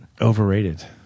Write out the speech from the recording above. Overrated